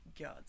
god